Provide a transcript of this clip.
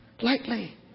lightly